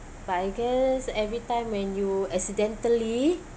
but I guess every time when you accidentally